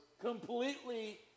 completely